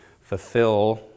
fulfill